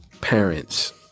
parents